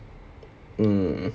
mm